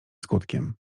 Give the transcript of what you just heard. skutkiem